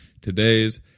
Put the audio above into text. today's